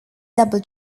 double